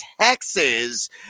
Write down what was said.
Texas